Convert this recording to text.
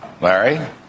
Larry